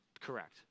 Correct